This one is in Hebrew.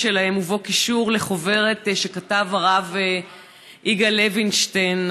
שלהן ובו קישור לחוברת שכתב הרב יגאל לוינשטיין.